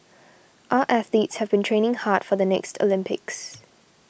our athletes have been training hard for the next Olympics